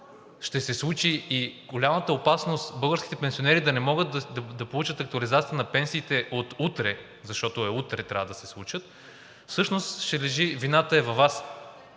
ще се случи, и голямата опасност българските пенсионери да не могат да получат актуализацията на пенсиите от утре, защото утре трябва да се случат, вината е във Вас.